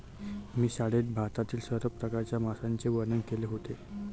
मी शाळेत भारतातील सर्व प्रकारच्या माशांचे वर्णन केले होते